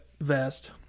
vest